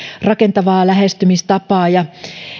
rakentavaa lähestymistapaa ja